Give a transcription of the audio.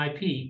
IP